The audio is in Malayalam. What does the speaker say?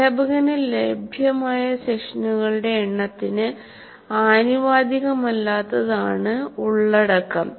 അധ്യാപകന് ലഭ്യമായ സെഷനുകളുടെ എണ്ണത്തിന് ആനുപാതികമല്ലാത്തതാണ് ഉള്ളടക്കം